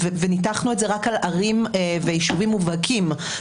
וניתחנו את זה רק על ערים ויישובים מובהקים,